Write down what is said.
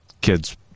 kids